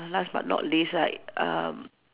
last but not least right um